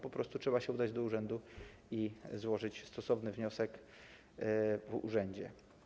Po prostu trzeba się udać do urzędu i złożyć stosowny wniosek w urzędzie.